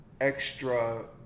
extra